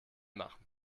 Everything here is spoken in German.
machen